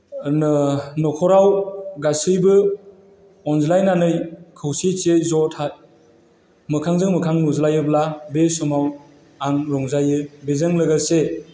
न'खराव गासैबो अनज्लायनानै खौसेथियै ज' मोखांजों मोखां नुज्लायोब्ला बे समाव आं रंजायो बेजों लोगोसे